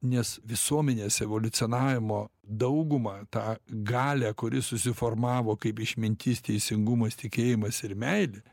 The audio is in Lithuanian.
nes visuomenės evoliucionavimo daugumą tą galią kuri susiformavo kaip išmintis teisingumas tikėjimas ir meilė